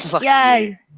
Yay